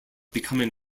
becoming